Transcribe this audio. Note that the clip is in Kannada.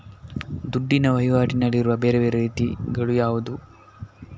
ದುಡ್ಡಿನ ವಹಿವಾಟಿನಲ್ಲಿರುವ ಬೇರೆ ಬೇರೆ ರೀತಿಗಳು ಯಾವುದು?